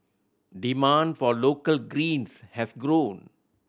demand for local greens has grown